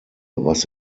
was